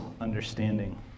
understanding